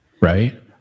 right